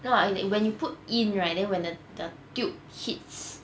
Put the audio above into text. no lah like when you put in right then when the the tube